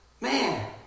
Man